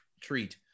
treat